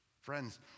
Friends